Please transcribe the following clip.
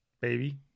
baby